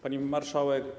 Pani Marszałek!